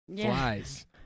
Flies